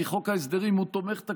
כי חוק ההסדרים הוא תומך-תקציב,